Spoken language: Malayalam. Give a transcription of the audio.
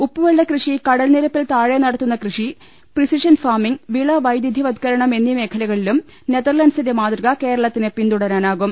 ഉപ്പുവെള്ള കൃഷി കടൽ നിരപ്പിൽ താഴെ നടത്തുന്ന കൃഷി പ്രിസിഷൻ ഫാമിംഗ് വിള വൈവിധ്യവത്കരണം എന്നീ മേഖ ലകളിലും നെതർലന്റ് സിന്റെ മാതൃക കേരളത്തിന് പിന്തുടരാ നാകും